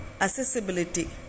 Accessibility